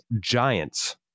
giants